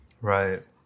Right